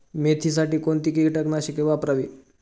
मेथीसाठी कोणती कीटकनाशके वापरावी?